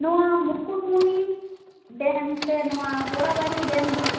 ᱱᱚᱣᱟ ᱢᱩᱠᱩᱴᱢᱩᱱᱤ ᱰᱮᱢ ᱥᱮ ᱱᱚᱣᱟ ᱜᱚᱲᱟᱵᱟᱹᱲᱤ ᱰᱮᱢ ᱫᱚ